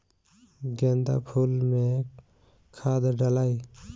गेंदा फुल मे खाद डालाई?